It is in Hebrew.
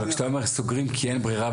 אבל כשאתה אומר סוגרים כי אין ברירה,